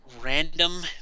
random